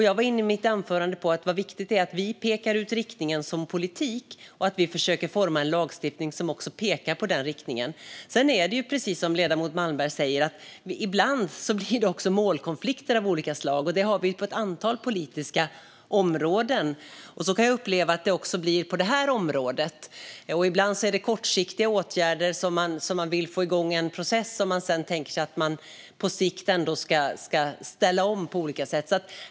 Jag var i mitt anförande inne på hur viktigt det är att vi pekar ut riktningen som politik och att vi försöker att forma en lagstiftning som också pekar på den riktningen. Sedan är det precis som ledamoten Malmberg säger: Ibland blir det också målkonflikter av olika slag. Det har vi på ett antal politiska områden. Så kan jag uppleva att det också blir på det här området. Ibland är det kortsiktiga åtgärder som man vill få igång en process med som man sedan tänker sig på sikt ska ställa om på olika sätt.